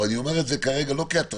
אבל אני אומר את זה כרגע לא כהתרסה.